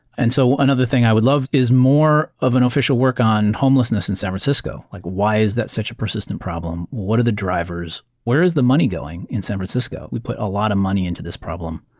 and so another thing i would love is more of an official work on homelessness in san francisco, like why is that such a persistent problem? what are the drivers? where is the money going in san francisco? we put a lot of money into this problem